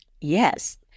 Yes